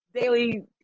daily